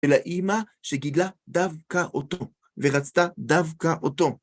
אלא אימא שגידלה דווקא אותו, ורצתה דווקא אותו.